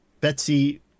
Betsy